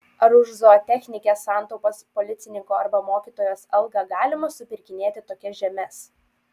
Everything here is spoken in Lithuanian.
ar už zootechnikės santaupas policininko arba mokytojos algą galima supirkinėti tokias žemes